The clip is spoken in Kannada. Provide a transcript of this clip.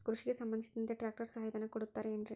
ಕೃಷಿಗೆ ಸಂಬಂಧಿಸಿದಂತೆ ಟ್ರ್ಯಾಕ್ಟರ್ ಸಹಾಯಧನ ಕೊಡುತ್ತಾರೆ ಏನ್ರಿ?